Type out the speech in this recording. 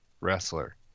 wrestler